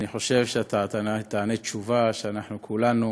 אני חושב שאתה תיתן תשובה שאנחנו כולנו